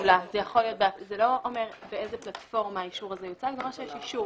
לא אומר באיזו פלטפורמה האישור הזה יוצג אלא אומר שיש אישור,